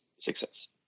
Success